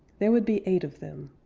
there would be eight of them.